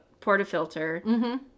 portafilter